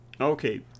Okay